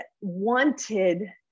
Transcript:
wanted